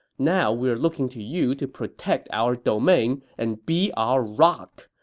now we are looking to you to protect our domain and be our rock.